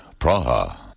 Praha